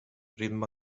ritme